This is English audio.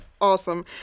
Awesome